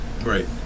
right